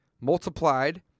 multiplied